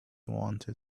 wanted